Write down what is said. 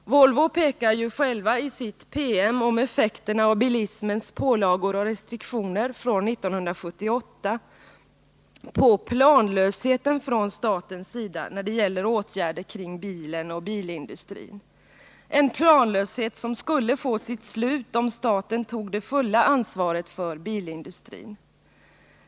Volvo pekar ju självt i sin ”PM om effekterna av bilismens pålagor och restriktioner” från 1978 på planlösheten från statens sida när det gäller åtgärder kring bilen och bilindustrin, en planlöshet som skulle få sitt slut om staten tog det fulla ansvaret för bilindustrin.